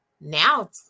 Now